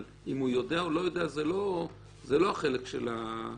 אבל אם הוא יודע או לא יודע זה לא החלק של החוק.